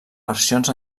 versions